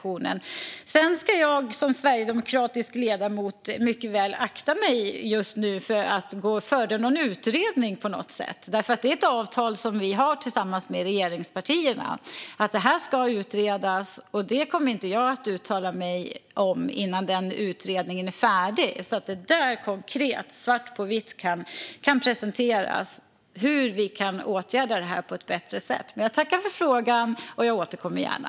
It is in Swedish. Jag ska just nu som sverigedemokratisk ledamot akta mig för att föregripa någon utredning på något sätt. Vi har ett avtal tillsammans med regeringspartierna. Detta ska utredas, och jag kommer inte att uttala mig om det innan utredningen är färdig och det konkret - svart på vitt - kan presenteras hur detta kan åtgärdas på ett bättre sätt. Jag tackar dock för frågan och återkommer gärna.